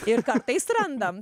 ir kartais randam